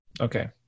Okay